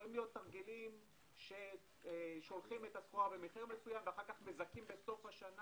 יכולים להיות מפעלים ששולחים את הסחורה אבל מזכים בסוף שנה.